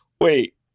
wait